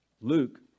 Luke